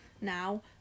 now